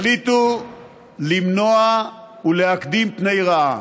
החליטו למנוע ולהקדים פני רעה.